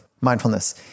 mindfulness